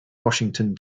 washington